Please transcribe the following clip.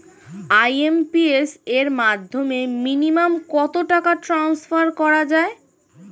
IMPS এর মাধ্যমে minimum কত টাকা ট্রান্সফার করা যায়?